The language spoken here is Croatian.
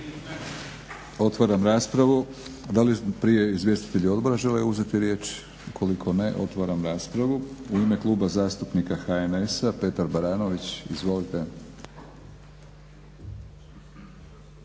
Otvaram raspravu. Da li prije izvjestitelji Odbora žele uzeti riječ? U koliko ne, otvaram raspravu. U ime kluba zastupnika HNS-a Petar Baranović. Izvolite.